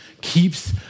keeps